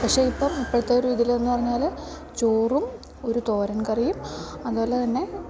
പക്ഷേ ഇപ്പം ഇപ്പോഴത്തെ ഒരു ഇതിലെന്നു പറഞ്ഞാൽ ചോറും ഒരു തോരൻ കറിയും അതുപോലെതന്നെ